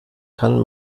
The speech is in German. kann